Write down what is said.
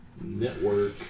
Network